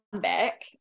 back